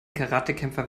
karatekämpfer